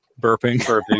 Burping